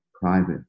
private